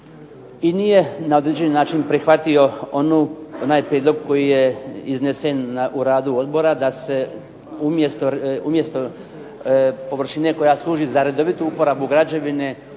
i nije na određeni način prihvatio onaj prijedlog koji je iznesen u radu Odbora da se umjesto površine koja služi za redovitu uporabu građevine